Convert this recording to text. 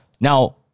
Now